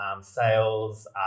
sales